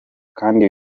kandi